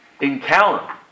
encounter